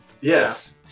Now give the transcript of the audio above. Yes